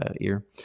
ear